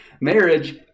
marriage